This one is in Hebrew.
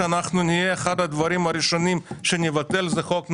אחד הדברים הראשונים שנבטל יהיה חוק נהרי.